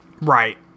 Right